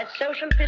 social